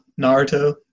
Naruto